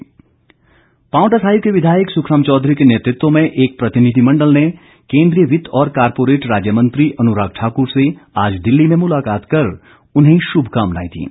भेंट पावंटा साहिब के विधायक सुखराम चौधरी के नेतृत्व में एक प्रतिनिधिमंडल ने केन्द्रीय वित्त और कॉरपोरेट राज्य मंत्री अनुराग ठाकुर से आज दिल्ली में मुलाकात कर उन्हें शुभकामनाये दीं